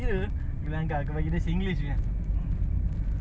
but actually ah kau dengar pada tadi kita berbual ada campur-campur kan